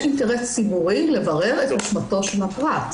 אינטרס ציבורי לברר את אשמתו של הפרט.